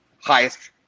highest